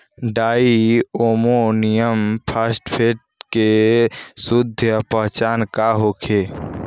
Di ammonium phosphate के शुद्ध पहचान का होखे?